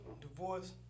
divorce